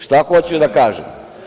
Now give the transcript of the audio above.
Šta hoću da kažem.